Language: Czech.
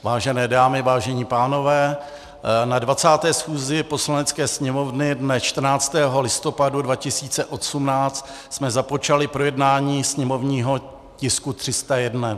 Vážené dámy, vážení pánové, na 20. schůzi Poslanecké sněmovny dne 14. listopadu 2018 jsme započali projednávání sněmovního tisku 301.